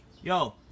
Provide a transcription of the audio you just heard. Yo